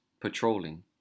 patrolling